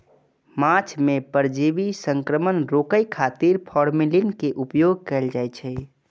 माछ मे परजीवी संक्रमण रोकै खातिर फॉर्मेलिन के उपयोग कैल जाइ छै